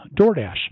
DoorDash